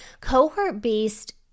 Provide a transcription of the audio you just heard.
cohort-based